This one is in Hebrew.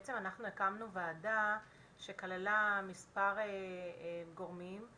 בעצם אנחנו הקמנו וועדה שכללה מספר גורמים על